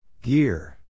Gear